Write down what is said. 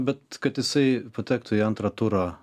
bet kad jisai patektų į antrą turą